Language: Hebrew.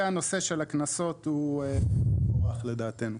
והנושא של הקנסות הוא מבורך לדעתנו.